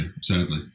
sadly